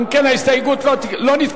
אם כן, ההסתייגות לא נתקבלה.